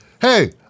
hey